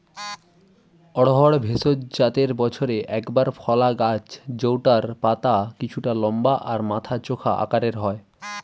অড়হর ভেষজ জাতের বছরে একবার ফলা গাছ জউটার পাতা কিছুটা লম্বা আর মাথা চোখা আকারের হয়